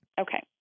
Okay